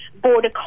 border